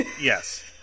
Yes